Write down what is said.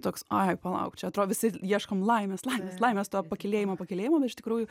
toks ai palauk čia atrodo visi ieškom laimės laimės laimės to pakylėjimo pakylėjimo bet iš tikrųjų